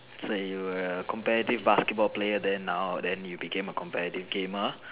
say you were a competitive basketball player then now then you became a competitive gamer